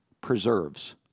preserves